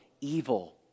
evil